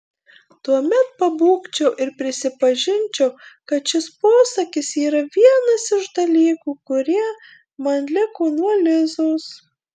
tuomet pabūgčiau ir prisipažinčiau kad šis posakis yra vienas iš dalykų kurie man liko nuo lizos